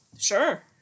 Sure